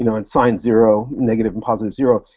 you know in sign zero, negative and positive zero,